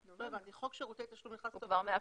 חוק שירותי תשלום הוא מנובמבר.